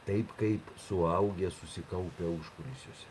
taip kaip suaugę susikaupę užkulisiuose